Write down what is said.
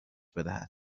بدهد